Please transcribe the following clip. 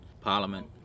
Parliament